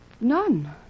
None